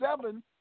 seven